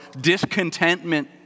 discontentment